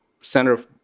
Center